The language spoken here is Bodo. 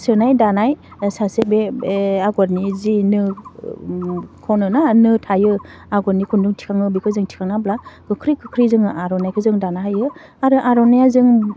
सोनाय दानाय सासे बे बे आगरनि जि नोह खनोना नोह थायो आग'रनि खुन्दुं थिखाङो बेखौ जों थिखांना होब्ला गोख्रै गोख्रै जोङो आर'नाइखौ जों दानो हायो आरो आर'नाया जों